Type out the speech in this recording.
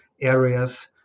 areas